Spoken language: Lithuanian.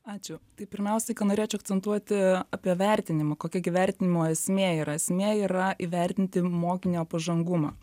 ačiū tai pirmiausiai ką norėčiau akcentuoti apie vertinimą kokia gi vertinimo esmė yra esmė yra įvertinti mokinio pažangumą